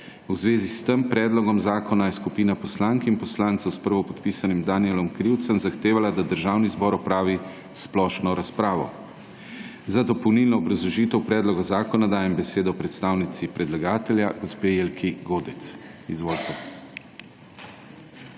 V zvezi s predlogom zakona je skupina poslank in poslancev s prvopodpisanim Danijelom Krivcem zahtevala, da Državni zbor opravi splošno razpravo. Za dopolnilno obrazložitev predloga zakona dajem besedo predstavnici predlagatelja, gospe Jelki Godec. JELKA